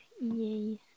Yay